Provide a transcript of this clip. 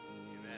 Amen